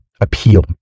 appeal